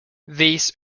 these